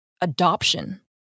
adoption